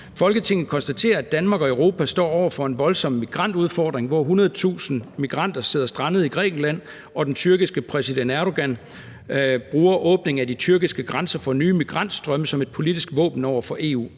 »Folketinget konstaterer, at Danmark og Europa står over for en voldsom migrantudfordring, hvor 100.000 migranter sidder strandet i Grækenland og den tyrkiske præsident Erdogan bruger åbning af de tyrkiske grænser for nye migrantstrømme som et politisk våben over for EU.